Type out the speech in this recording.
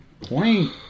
point